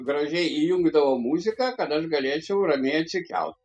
gražiai įjungdavo muziką kad aš galėčiau ramiai atsikelt